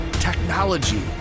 technology